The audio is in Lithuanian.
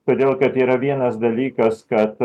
todėl kad yra vienas dalykas kad